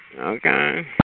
Okay